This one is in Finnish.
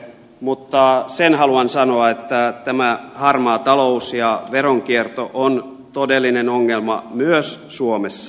mutta sen haluan sanoa että tämä harmaa talous ja veronkierto on todellinen ongelma myös suomessa